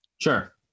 Sure